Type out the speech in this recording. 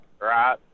Right